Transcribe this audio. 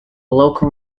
local